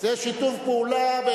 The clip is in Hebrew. זה שיתוף פעולה.